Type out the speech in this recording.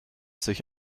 sich